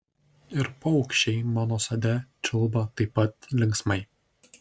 ir paukščiai mano sode čiulba taip pat linksmai